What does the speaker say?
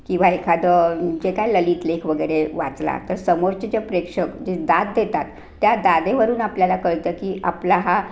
किंवा एखादं जे काय ललितलेख वगैरे वाचला तर समोरचे जे प्रेक्षक जे दाद देतात त्या दादेवरून आपल्याला कळतं की आपला हा